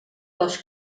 les